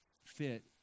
fit